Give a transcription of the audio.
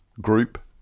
group